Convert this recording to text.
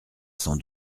sans